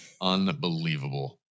Unbelievable